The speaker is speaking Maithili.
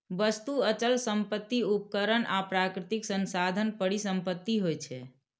वस्तु, अचल संपत्ति, उपकरण आ प्राकृतिक संसाधन परिसंपत्ति होइ छै